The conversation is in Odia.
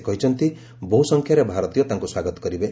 ସେ କହିଛନ୍ତି ବହୁ ସଂଖ୍ୟାରେ ଭାରତୀୟ ତାଙ୍କୁ ସ୍ୱାଗତ କରିବେ